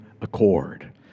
accord